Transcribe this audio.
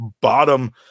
bottom